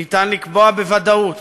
ניתן לקבוע בוודאות